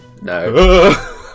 No